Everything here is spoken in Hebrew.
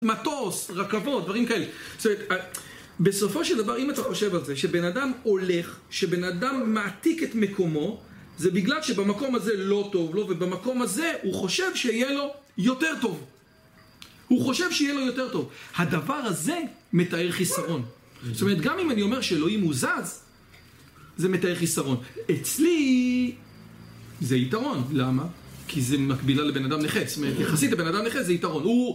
מטוס, רכבות, דברים כאלה בסופו של דבר אם אתה חושב על זה שבן אדם הולך שבן אדם מעתיק את מקומו זה בגלל שבמקום הזה לא טוב ובמקום הזה הוא חושב שיהיה לו יותר טוב הוא חושב שיהיה לו יותר טוב הדבר הזה מתאר חיסרון זאת אומרת גם אם אני אומר שאלוהים הוא זז זה מתאר חיסרון אצלי זה יתרון, למה? כי זה מקבילה לבן אדם נכה זה יתרון, יחסית לבן אדם נכה זה יתרון